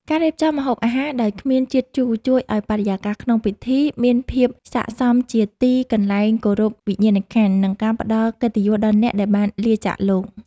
ការរៀបចំម្ហូបអាហារដោយគ្មានជាតិជូរជួយឱ្យបរិយាកាសក្នុងពិធីមានភាពសក្តិសមជាទីកន្លែងគោរពវិញ្ញាណក្ខន្ធ និង ផ្ដល់កិត្តិយសដល់អ្នកដែលបានលាចាកលោក។